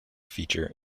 feature